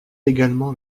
également